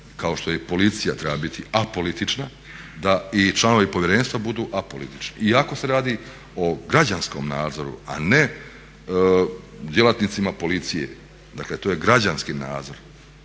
kao što i policija treba biti apolitična, da i članovi povjerenstva budu apolitični iako se radi o građanskom nadzoru a ne djelatnicima policije, dakle to je građanski nadzor.